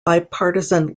bipartisan